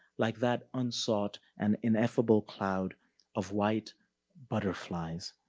like that unsought and ineffable cloud of white butterflies.